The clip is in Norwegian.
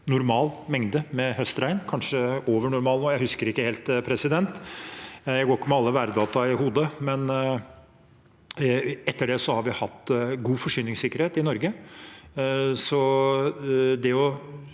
normal mengde med høstregn, kanskje også over normalen, jeg husker ikke helt, jeg går ikke med alle værdata i hodet. Etter det har vi hatt god forsyningssikkerhet i Norge.